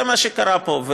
זה מה שקרה פה.